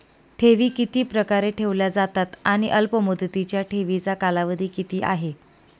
ठेवी किती प्रकारे ठेवल्या जातात आणि अल्पमुदतीच्या ठेवीचा कालावधी किती आहे?